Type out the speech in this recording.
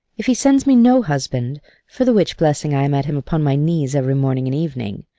if he send me no husband for the which blessing i am at him upon my knees every morning and evening.